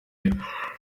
live